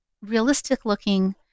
realistic-looking